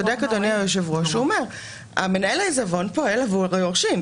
צודק אדוני היושב-ראש כשהוא אומר שמנהל העיזבון פועל עבור היורשים.